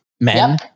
men